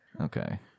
okay